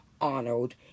Arnold